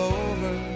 over